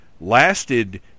lasted